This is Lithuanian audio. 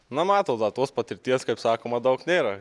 na matot da tos patirties kaip sakoma daug nėra